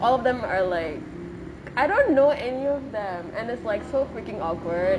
all of them are like I don't know any of them and it's like so freaking awkward